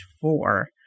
four